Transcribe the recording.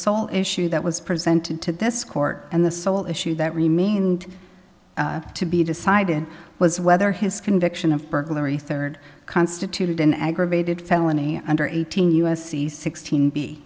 sole issue that was presented to this court and the sole issue that remained to be decided was whether his conviction of burglary third constituted an aggravated felony under eighteen us c sixteen b